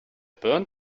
burnt